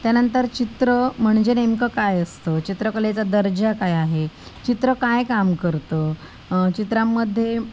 त्यानंतर चित्र म्हणजे नेमकं काय असतं चित्रकलेचा दर्जा काय आहे चित्र काय काम करतं चित्रामध्ये